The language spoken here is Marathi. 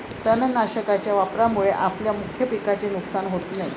तणनाशकाच्या वापरामुळे आपल्या मुख्य पिकाचे नुकसान होत नाही